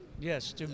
Yes